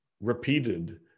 repeated